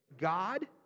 God